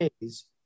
days